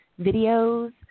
videos